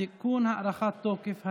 (תיקון) (הארכת תוקף),